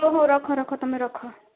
ହଉ ହଉ ରଖ ରଖ ତମେ ରଖ